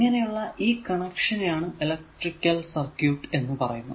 ഇങ്ങനെയുള്ള ഈ കണക്ഷനെയാണ് ഇലെക്ട്രിക്കൽ സർക്യൂട് എന്ന് പറയുന്നത്